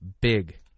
big